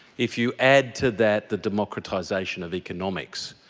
if you add to that, the democratisation of economics,